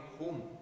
home